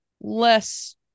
less